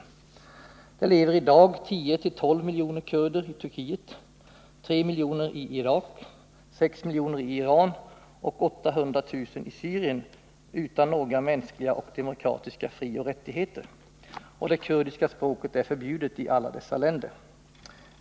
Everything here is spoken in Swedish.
I dag lever 10-12 miljoner kurder i Turkiet, 3 miljoner i Irak, 6 miljoner i Iran och 800 000 i Syrien utan några mänskliga och demokratiska frioch rättigheter. Det kurdiska språket är förbjudet i alla dessa länder.